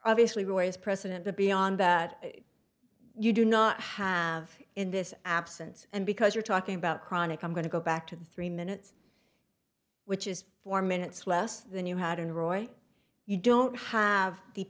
obviously roy's precedent but beyond that you do not have in this absence and because you're talking about chronic i'm going to go back to the three minutes which is four minutes less than you had in roy you don't have the